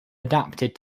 adapted